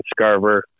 Scarver